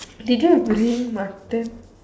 did you bring mutton